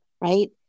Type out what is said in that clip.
right